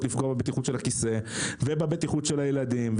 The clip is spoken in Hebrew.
לפגוע בבטיחות של הכיסא ובבטיחות של הילדים.